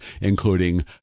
including